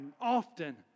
often